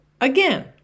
again